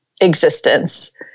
existence